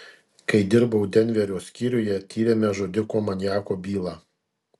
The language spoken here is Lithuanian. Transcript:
kai dirbau denverio skyriuje tyrėme žudiko maniako bylą